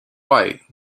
white